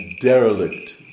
derelict